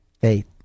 faith